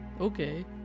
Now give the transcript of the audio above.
Okay